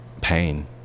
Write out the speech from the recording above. pain